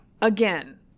Again